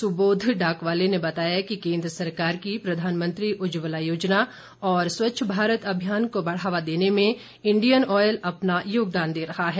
सुबोध डाकवाले ने बताया कि केन्द्र सरकार की प्रधानमंत्री उज्जवला योजना और स्वच्छ भारत अभियान को बढ़ावा देने में इंडियन ऑयल अपना योगदान दे रहा है